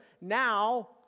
now